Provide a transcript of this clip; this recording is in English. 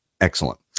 excellent